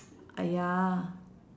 !aiya!